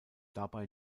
dabei